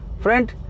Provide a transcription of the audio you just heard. Friend